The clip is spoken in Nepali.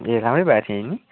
ए राम्रै भएको थियो नि